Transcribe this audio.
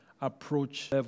approach